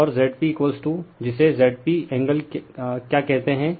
और Zp जिसे Zp angle क्या कहते हैं